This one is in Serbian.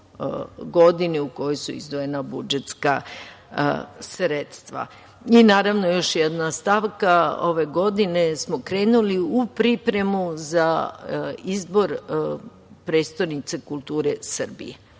godini u kojoj su izdvojena budžetska sredstva. Naravno, još jedna stavka. Ove godine smo krenuli u pripremu za izbor prestonice kulture Srbije.